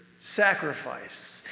sacrifice